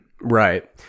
Right